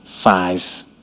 Five